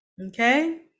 okay